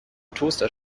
toaster